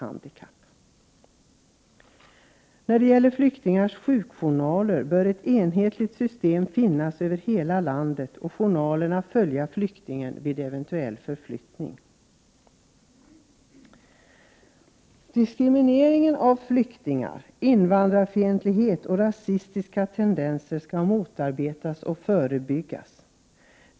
Vidare bör det finnas ett enhetligt system för flyktingarnas sjukjournaler. Samma system bör således tillämpas över hela landet. Journalerna skall följa flyktingen vid eventuell förflyttning. Diskriminering av flyktingar, invandrarfientlighet och rasistiska tendenser Prot. 1988/89:107 skall motarbetas och förebyggas.